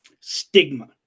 stigma